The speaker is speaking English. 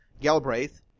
Galbraith